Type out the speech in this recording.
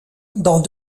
dans